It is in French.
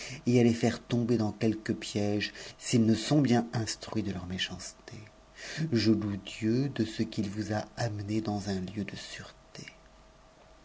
et faire tomber dans quelque piège s'ils ne sont bien instruis méchanceté je loue dieu de ce qu'il vous a amené dans un sûreté